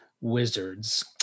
Wizards